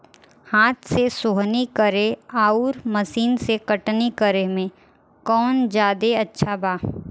हाथ से सोहनी करे आउर मशीन से कटनी करे मे कौन जादे अच्छा बा?